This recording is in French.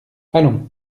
allons